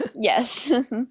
Yes